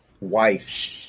Wife